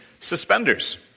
suspenders